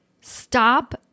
stop